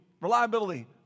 reliability